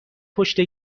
پشت